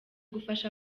gufasha